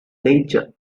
nature